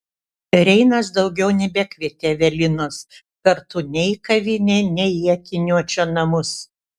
reinas daugiau nebekvietė evelinos kartu nei į kavinę nei į akiniuočio namus